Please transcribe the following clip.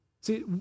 See